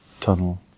tunnel